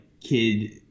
kid